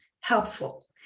helpful